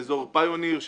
באזור פיוניר.